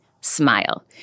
smile